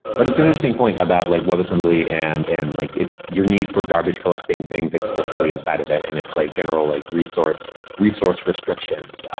but it's an interesting point about like web assembly and and like it's your need for garbage collecting things explicitly inside of it, and it's like general like resource resource restrictions.